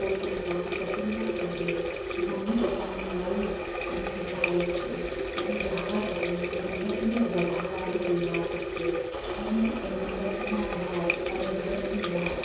પોતાના પતિના ઘરે મમ્મી પપ્પાને મળી અને જાય છે અને જાવા ટાણે મંડપને વધાવાનો રિવાજ છે અને એ મંડપના બાર અને ઘરની બહાર